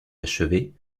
achevée